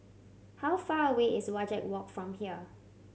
how far away is Wajek Walk from here